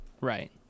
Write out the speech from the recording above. Right